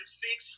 six